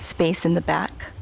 space in the back